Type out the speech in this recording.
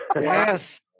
Yes